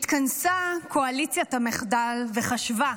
התכנסה קואליציית המחדל וחשבה: